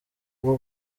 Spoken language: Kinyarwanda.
bwo